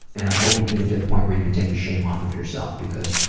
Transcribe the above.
and i hope you can get to the point where you can take the shame off of yourself, because